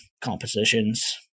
compositions